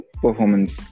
performance